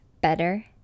better